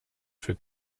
für